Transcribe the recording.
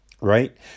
right